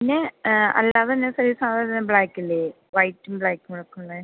പിന്നെ അല്ലാതെ തന്നെ സെയിം സാധനം ബ്ലാക്ക് ഇല്ലേ വൈറ്റും ബ്ലാക്കൊക്കെയുള്ള